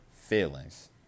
feelings